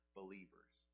believers